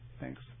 Thanks